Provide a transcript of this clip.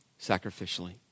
sacrificially